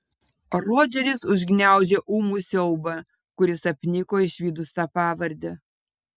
rodžeris užgniaužė ūmų siaubą kuris apniko išvydus tą pavardę